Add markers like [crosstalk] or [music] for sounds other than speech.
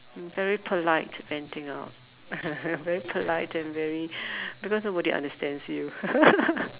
very polite venting out [laughs] very polite and very because nobody understands you [laughs]